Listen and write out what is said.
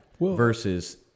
versus